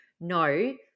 No